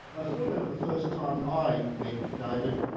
i still remember the first time i met david,